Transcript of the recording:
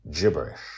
gibberish